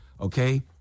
okay